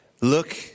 look